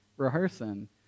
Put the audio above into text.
rehearsing